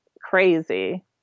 crazy